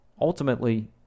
Ultimately